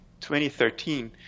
2013